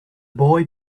boy